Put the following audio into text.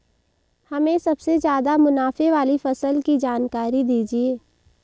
हमें सबसे ज़्यादा मुनाफे वाली फसल की जानकारी दीजिए